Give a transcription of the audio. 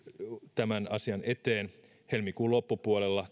tämän asian eteen helmikuun loppupuolella